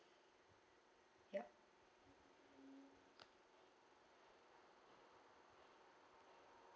ya